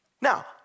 Now